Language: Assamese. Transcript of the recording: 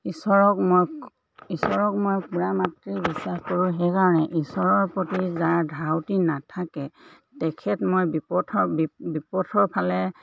ঈশ্বৰক মই ঈশ্বৰক মই পূৰা মাত্ৰে বিশ্বাস কৰোঁ সেইকাৰণে ঈশ্বৰৰ প্ৰতি যাৰ ধাউতি নাথাকে তেখেত মই বিপথৰ বিপ বিপথৰ ফালে